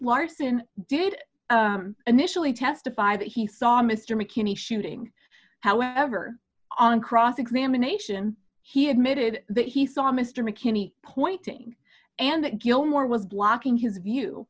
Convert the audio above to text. larson did initially testify that he saw mr mckinney shooting however on cross examination he admitted that he saw mr mckinney pointing and that gilmore was blocking his view